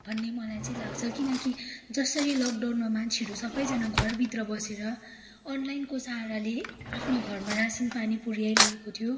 भन्ने मलाई चाहिँ लाग्छ किनकि जसरी लकडाउनमा मान्छेहरू सबैजना घरभित्र बसेर अनलाइनको सहाराले आफ्नो घरमा रासनपानी पुर्याइरहेको थियो